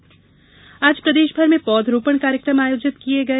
पौधारोपण आज प्रदेश भर में पौधरोपण कार्यक्रम आयोजित किये गये